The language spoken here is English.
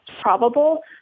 probable